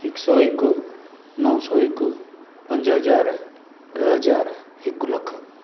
हिकु सौ हिकु नौ सौ हिकु पंज हज़ार ॾह हज़ार हिकु लखु